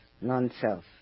non-self